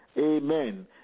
Amen